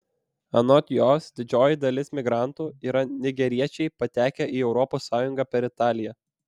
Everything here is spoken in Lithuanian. anot jos didžioji dalis migrantų yra nigeriečiai patekę į europos sąjungą per italiją